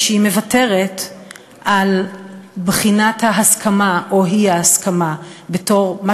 שהיא מוותרת על בחינת ההסכמה או האי-הסכמה בתור מה